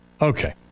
Okay